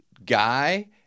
guy